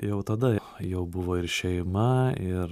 jau tada jau jau buvo ir šeima ir